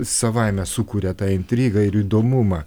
savaime sukuria tą intrigą ir įdomumą